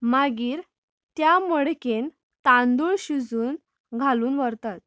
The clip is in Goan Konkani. मागीर त्या मडकेन तांदूळ शिजून घालून व्हरतात